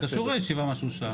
זה קשור לישיבה, מה שהוא שאל.